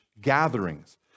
gatherings